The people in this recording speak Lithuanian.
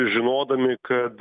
žinodami kad